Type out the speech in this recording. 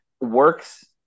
works